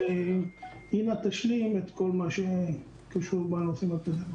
שאינה תשלים את כל מה שקשור בנושאים הפדגוגיים.